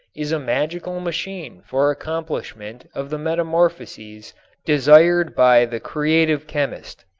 is a magical machine for accomplishment of the metamorphoses desired by the creative chemist.